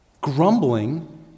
Grumbling